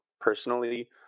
personally